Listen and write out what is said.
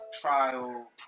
trial